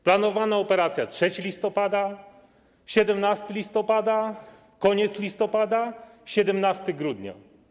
Planowana operacja - 3 listopada, 17 listopada, koniec listopada, 17 grudnia.